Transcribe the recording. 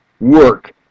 work